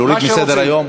להוריד מסדר-היום?